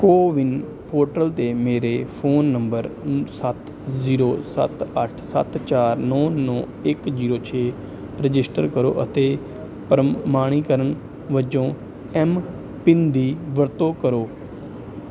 CoWIN portal 'ਤੇ ਮੇਰੇ phone number ਸੱਤ ਜ਼ੀਰੋ ਸੱਤ ਅੱਠ ਸੱਤ ਚਾਰ ਨੌਂ ਨੌਂ ਇੱਕ ਜੀਰੋ ਛੇ ਰਜਿਸਟਰ ਕਰੋ ਅਤੇ ਪ੍ਰਮਾਣੀਕਰਨ ਵਜੋਂ ਐੱਮਪਿੰਨ ਦੀ ਵਰਤੋਂ ਕਰੋ